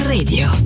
Radio